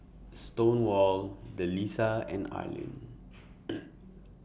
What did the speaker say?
Stonewall Delisa and Arlin